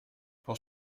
pour